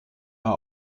are